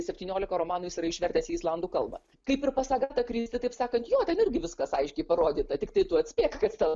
septyniolika romanų jis yra išvertęs į islandų kalbą kaip ir pas agatą kristi taip sakant jo ten irgi viskas aiškiai parodyta tiktai tu atspėk kas ten